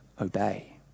obey